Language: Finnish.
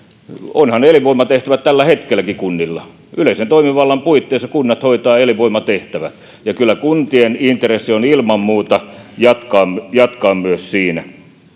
ovathan elinvoimatehtävät tälläkin hetkellä kunnilla yleisen toimivallan puitteissa kunnat hoitavat elinvoimatehtävät ja kyllä kuntien intressi on ilman muuta jatkaa jatkaa myös siinä